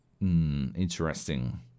Interesting